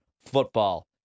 football